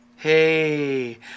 Hey